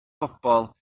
pobl